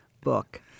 book